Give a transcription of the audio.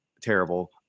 terrible